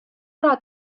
ära